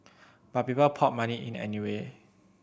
but people poured money in anyway